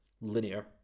linear